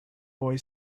boy